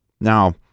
Now